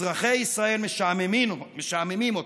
אזרחי ישראל משעממים אותם.